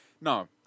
No